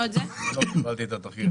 לא קיבלתי את התחקיר.